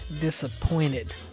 disappointed